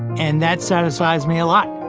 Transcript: and that satisfies me a lot,